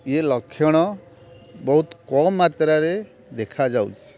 ଇଏ ଲକ୍ଷଣ ବହୁତ କମ୍ ମାତ୍ରାରେ ଦେଖାଯାଉଛି